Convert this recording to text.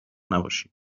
نباشید